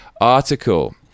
article